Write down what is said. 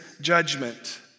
judgment